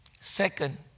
Second